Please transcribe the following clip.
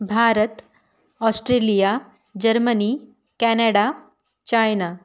Bharat Australia Germany Canada China